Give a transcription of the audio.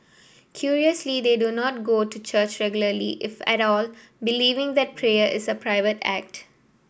curiously they do not go to church regularly if at all believing that prayer is a private act